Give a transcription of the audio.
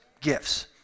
gifts